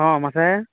ᱦᱮᱸ ᱢᱟᱥᱮ